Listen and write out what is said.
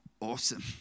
Awesome